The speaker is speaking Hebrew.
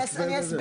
אני אסביר.